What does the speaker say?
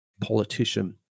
politician